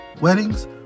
weddings